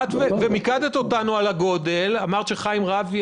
קודם מיקדת אותנו על הגודל ואמרת שחיים רביה